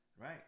right